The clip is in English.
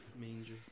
Manger